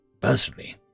personally